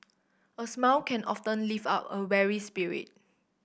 a smile can often lift up a weary spirit